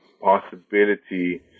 possibility